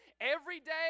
everyday